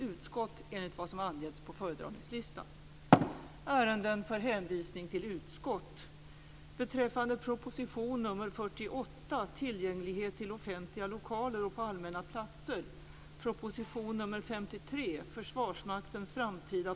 Höstens riksdagsarbete ligger snart bakom oss.